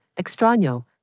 Extraño